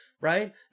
Right